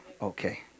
Okay